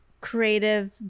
creative